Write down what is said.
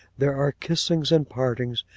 there are kissings and partings,